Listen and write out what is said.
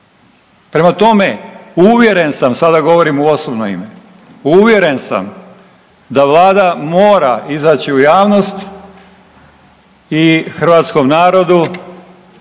Prema tome, uvjeren sam, sada govorim u osobno ime, uvjeren sam da vlada mora izaći u javnost i hrvatskom narodu